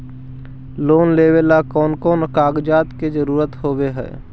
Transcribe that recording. Loan लेबे ला कौन कौन कागजात के जरुरत होबे है?